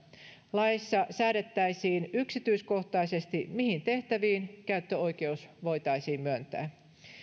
laeissa säädettäisiin yksityiskohtaisesti mihin tehtäviin käyttöoikeus voitaisiin myöntää